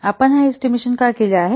आपण हा एस्टिमेशन का केला आहे